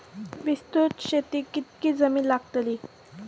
विस्तृत शेतीक कितकी जमीन लागतली?